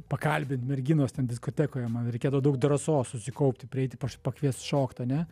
pakalbint merginos ten diskotekoje man reikėdavo daug drąsos susikaupti prieiti paš pakviest šokt ane